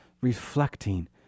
reflecting